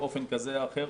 באופן כזה או אחר,